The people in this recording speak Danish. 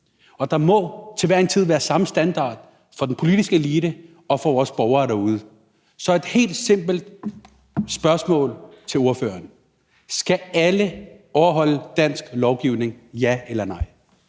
og der må til hver en tid være samme standard for den politiske elite og for vores borgere derude. Så et helt simpelt spørgsmål til ordføreren: Skal alle overholde dansk lovgivning – ja eller nej?